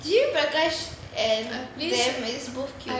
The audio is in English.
G V prakash and sam is both cute